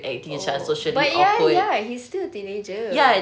oh but ya ya he's still teenager